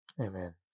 Amen